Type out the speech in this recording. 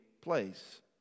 place